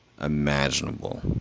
imaginable